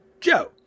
Joe